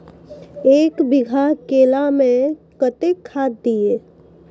एक बीघा केला मैं कत्तेक खाद दिये?